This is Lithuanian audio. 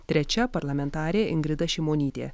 trečia parlamentarė ingrida šimonytė